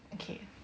okay